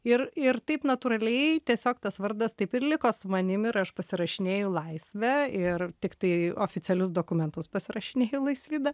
ir ir taip natūraliai tiesiog tas vardas taip ir liko su manim ir aš pasirašinėju laisvė ir tiktai oficialius dokumentus pasirašinėju laisvida